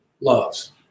loves